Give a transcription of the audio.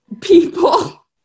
People